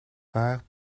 père